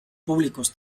públicos